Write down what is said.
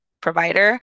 provider